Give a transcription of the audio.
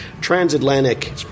transatlantic